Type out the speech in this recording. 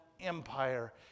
Empire